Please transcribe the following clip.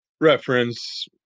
reference